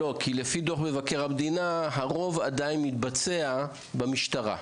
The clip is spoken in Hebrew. לפי דוח מבקר המדינה הרוב עדיין מתבצע במשטרה.